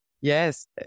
Yes